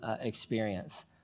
experience